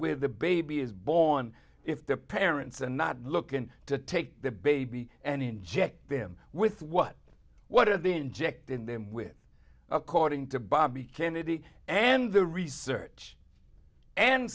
with the baby is born if the parents are not looking to take the baby and inject them with what what are they injecting them with according to bobby kennedy and the research and